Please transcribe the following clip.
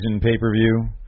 pay-per-view